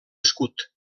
escut